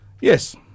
yes